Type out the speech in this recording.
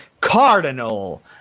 cardinal